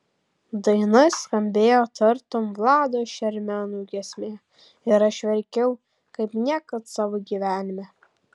daina skambėjo tartum vlado šermenų giesmė ir aš verkiau kaip niekad savo gyvenime